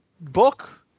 book